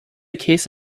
case